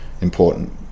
important